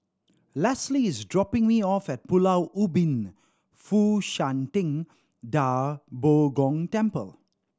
Lesley is dropping me off at Pulau Ubin Fo Shan Ting Da Bo Gong Temple